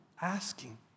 asking